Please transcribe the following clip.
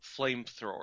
flamethrower